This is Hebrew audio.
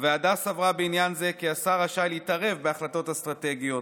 הוועדה סברה בעניין זה כי השר רשאי להתערב בהחלטות אסטרטגיות,